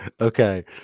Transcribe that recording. Okay